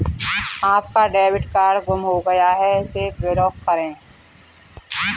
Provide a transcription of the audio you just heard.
आपका debit card गुम हो गया है इसे ब्लॉक करें